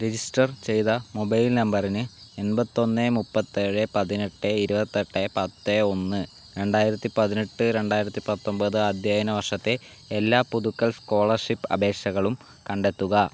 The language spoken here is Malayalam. രജിസ്റ്റർ ചെയ്ത മൊബൈൽ നമ്പറിന് എൺപത്തി ഒന്ന് മുപ്പത്തി ഏഴ് പതിനെട്ട് ഇരുപത്തെട്ട് പത്ത് ഒന്ന് രണ്ടായിരത്തി പതിനെട്ട് രണ്ടായിരത്തി പത്തൊൻപത് അദ്ധ്യയന വർഷത്തെ എല്ലാ പുതുക്കൽ സ്കോളർഷിപ്പ് അപേക്ഷകളും കണ്ടെത്തുക